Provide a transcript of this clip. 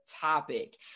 topic